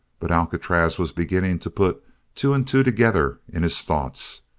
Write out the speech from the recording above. but alcatraz was beginning to put two and two together in his thoughts.